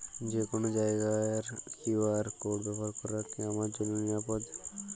যে কোনো জায়গার কিউ.আর কোড ব্যবহার করা কি আমার জন্য নিরাপদ?